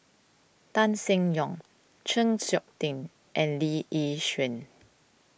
Tan Seng Yong Chng Seok Tin and Lee Yi Shyan